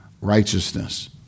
righteousness